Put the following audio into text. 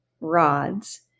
rods